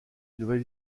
nouvel